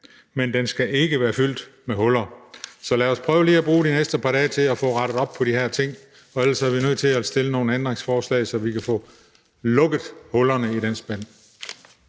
men den skal ikke være fyldt med huller. Så lad os prøve lige at bruge de næste par dage til at få rettet op på de her ting. Ellers er vi nødt til at stille nogle ændringsforslag, så vi kan få lukket hullerne i den spand.